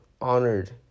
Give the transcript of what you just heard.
Honored